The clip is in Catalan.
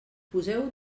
poseu